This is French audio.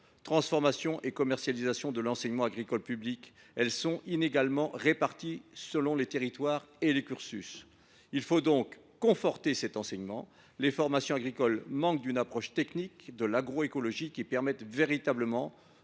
transformation et commercialisation de l’enseignement agricole public, et sont inégalement réparties selon les territoires et les cursus. Il est donc nécessaire de conforter cet enseignement. Les formations agricoles manquent en effet d’une approche technique de l’agroécologie permettant véritablement